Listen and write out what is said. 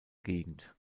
gegend